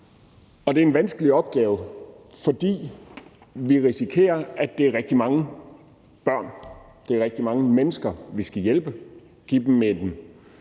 Det er en vanskelig opgave, fordi vi risikerer, at det er rigtig mange mennesker og børn, vi skal hjælpe og give en sikker